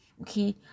okay